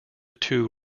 two